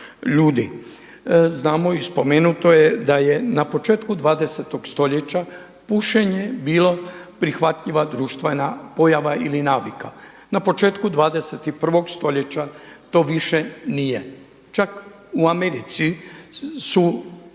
ljudi. Znamo i spomenuto je da je na početku 20. stoljeća pušenje bilo prihvatljiva društvena pojava ili navika. Na početku 21. stoljeća to više nije. Čak u Americi su